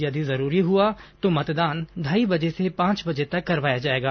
यदि जरूरी हुआ तो मतदान ढाई बजे से पांच बजे तक करवाया जाएगा